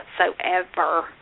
whatsoever